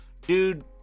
dude